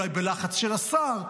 אולי בלחץ של השר,